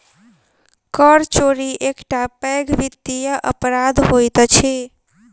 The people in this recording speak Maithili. कर चोरी एकटा पैघ वित्तीय अपराध होइत अछि